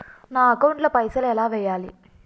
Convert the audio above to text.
నా అకౌంట్ ల పైసల్ ఎలా వేయాలి?